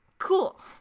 Cool